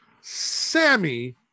Sammy